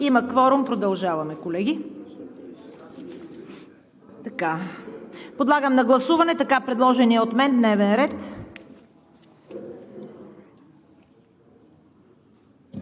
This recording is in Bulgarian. Има кворум. Колеги, продължаваме. Подлагам на гласуване така предложения от мен дневен ред.